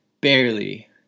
Barely